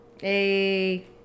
Hey